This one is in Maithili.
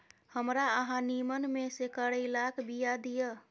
हमरा अहाँ नीमन में से करैलाक बीया दिय?